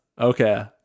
okay